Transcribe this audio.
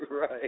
right